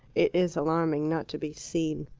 it is alarming not to be seen.